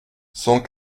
cent